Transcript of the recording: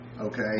Okay